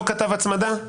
לא כתב "הצמדה"?